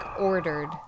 ordered